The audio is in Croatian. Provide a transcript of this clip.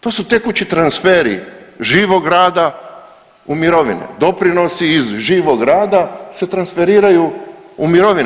To su tekući transferi živog rada u mirovine, doprinosi iz živog rada se transferiraju u mirovine.